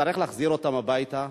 שצריך להחזיר אותם הביתה.